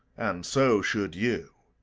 and so should you.